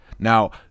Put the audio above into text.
Now